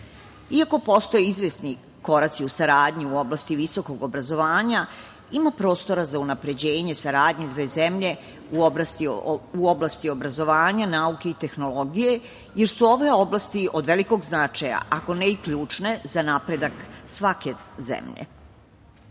Iako postoje izvesni koraci u saradnji u oblasti visokog obrazovanja, ima prostora za unapređenje saradnje dve zemlje u oblasti obrazovanja, nauke i tehnologije, jer su ove oblasti od velikog značaja, ako ne i ključne za napredak svake zemlje. Predmet